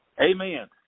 Amen